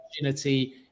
opportunity